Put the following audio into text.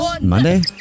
Monday